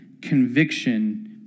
conviction